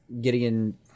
Gideon